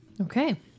Okay